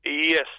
Yes